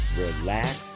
relax